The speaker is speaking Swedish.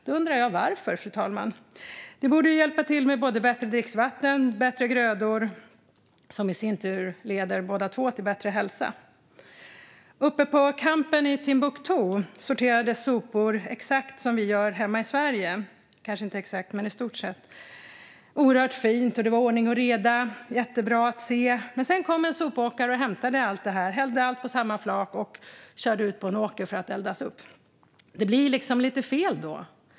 Jag undrar varför, fru talman. Det borde hjälpa till med både bättre dricksvatten och bättre grödor, som båda i sin tur leder till bättre hälsa. Uppe på campen i Timbuktu sorterades sopor i stort sett som vi gör hemma i Sverige. Det var oerhört fint, ordning och reda och jättebra att se. Sedan kom en sopåkare och hämtade allt, hällde på det samma flak och körde ut på en åker för att det skulle eldas. Det blir liksom lite fel då.